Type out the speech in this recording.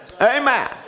amen